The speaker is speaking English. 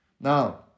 Now